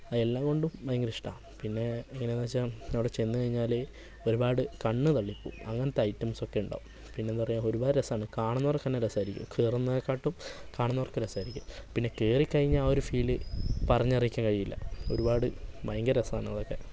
എല്ലാംകൊണ്ടും ഭയങ്കര ഇഷ്ടമാണ് പിന്നെ എങ്ങനെയെന്ന് വച്ചാൽ അവിടെ ചെന്നു കഴിഞ്ഞാൽ ഒരുപാട് കണ്ണ് തള്ളിപ്പോവും അങ്ങനത്തെ ഐറ്റംസ് ഒക്കെ ഉണ്ടാവും പിന്നെ എന്താ പറയുക ഒരുപാട് രസമാണ് കാണുന്നവർക്ക് തന്നെ രസമായിരിക്കും കയറുന്നവരെക്കാളും കാണുന്നവർക്ക് രസമായിരിക്കും പിന്നെ കയറിക്കയിഞ്ഞാൽ ആ ഒരു ഫീൽ പറഞ്ഞ് അറിയിക്കാൻ കഴിയില്ല ഒരുപാട് ഭയങ്കര രസമാണ് അതൊക്കെ